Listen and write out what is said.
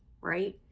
right